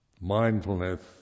mindfulness